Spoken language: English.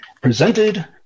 presented